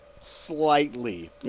slightly